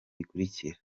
bikurikira